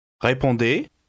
Répondez